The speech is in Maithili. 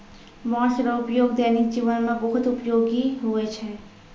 बाँस रो उपयोग दैनिक जिवन मे बहुत उपयोगी हुवै छै